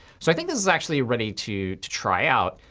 so i think this is actually ready to try out.